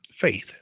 faith